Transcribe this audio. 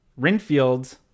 rinfield